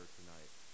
tonight